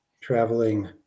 traveling